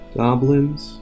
goblins